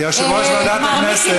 יושב-ראש ועדת הכנסת.